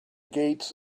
gates